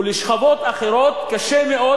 ולשכבות אחרות קשה מאוד,